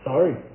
Sorry